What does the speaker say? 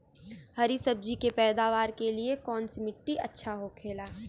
हरी सब्जी के पैदावार के लिए कौन सी मिट्टी अच्छा होखेला?